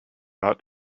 not